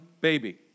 baby